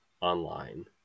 online